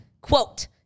quote